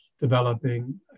developing